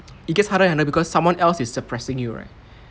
it gets harder and harder because someone else is suppressing you right